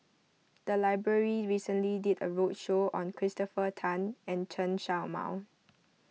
the library recently did a roadshow on Christopher Tan and Chen Show Mao